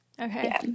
okay